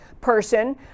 person